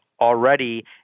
already